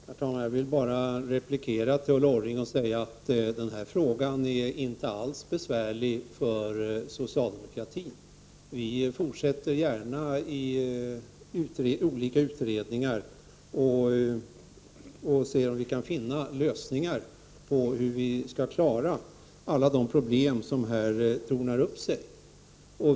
Herr talman! Jag vill bara replikera Ulla Orring och säga att den här frågan inte alls är besvärlig för socialdemokratin. Vi fortsätter gärna med att i olika utredningar se om vi kan finna lösningar på alla de problem som här tornar upp sig.